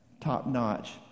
top-notch